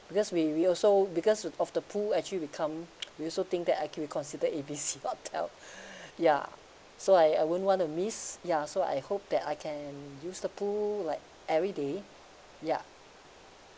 because we we also because of the pool actually become we also think that like we'll consider A B C hotel ya so I I won't want to miss ya so I hope that I can use the pool like every day ya